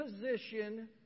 position